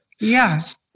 Yes